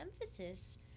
emphasis